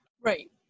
right